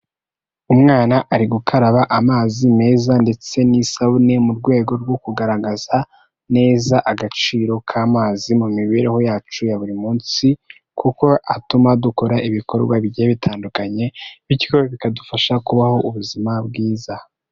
Umwana ari gukaraba amazi meza ndetse n'isabune, mu rwego rwo kugaragaza neza agaciro k'amazi mu mibereho yacu ya buri munsi, kuko atuma dukora ibikorwa bigiye bitandukanye bityo bikadufasha kubaho ubuzima bwiza.